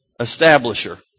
establisher